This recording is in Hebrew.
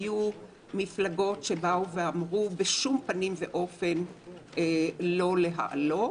היו מפלגות שאמרו: בשום פנים ואופן לא להעלות.